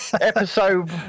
Episode